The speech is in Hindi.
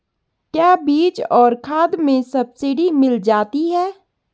क्या बीज और खाद में सब्सिडी मिल जाती है?